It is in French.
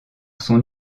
son